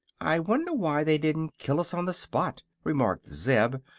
i wonder why they didn't kill us on the spot, remarked zeb,